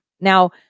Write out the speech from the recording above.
Now